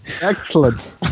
Excellent